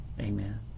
Amen